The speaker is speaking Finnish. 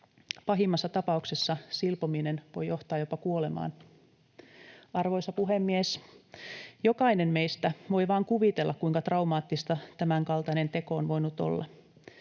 Pahimmassa tapauksessa silpominen voi johtaa jopa kuolemaan. Arvoisa puhemies! Jokainen meistä voi vain kuvitella, kuinka traumaattista tämän kaltainen teko on voinut olla.